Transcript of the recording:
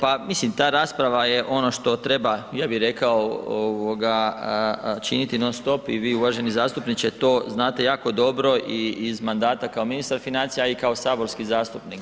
Pa mislim ta rasprava je ono što treba, ja bi rekao činiti non-stop i vi uvaženi zastupniče, to znate jako dobro i iz mandata kao ministar financija a i kao saborski zastupnik.